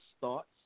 thoughts